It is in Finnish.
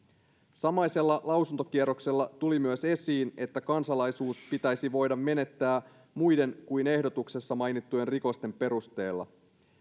samaisella lausuntokierroksella tuli myös esiin että kansalaisuus pitäisi voida menettää muiden kuin ehdotuksessa mainittujen rikosten perusteella